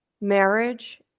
marriage